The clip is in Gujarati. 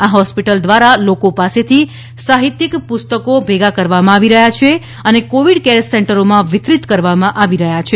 આ હોસ્પિટલ દ્વારા લોકો પાસેથી સાહિત્યિક પુસ્તકો ભેગા કરવામાં આવી રહ્યા છે અને કોવિડ કેર સેંટરોમાં વિતરિત કરવામાં આવી રહ્યા છે